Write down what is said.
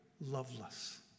loveless